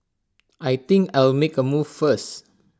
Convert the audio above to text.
I think I'll make A move first